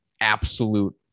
absolute